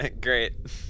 great